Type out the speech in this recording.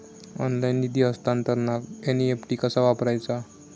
Online निधी हस्तांतरणाक NEFT कसा वापरायचा?